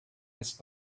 its